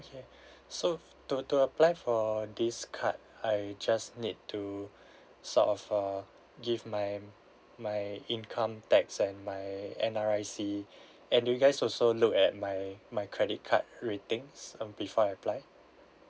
okay so to to apply for this card I just need to sort of err give my my income tax and my N_R_I_C and you guys also look at my my credit card ratings um before I apply